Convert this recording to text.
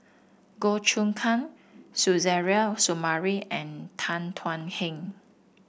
Goh Choon Kang Suzairhe Sumari and Tan Thuan Heng